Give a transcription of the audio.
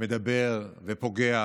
אומר ופוגע,